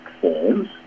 forms